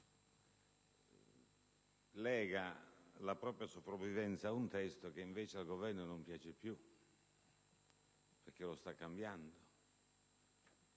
lega la propria sopravvivenza ad un testo che invece non vuole più, perché lo sta cambiando.